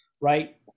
right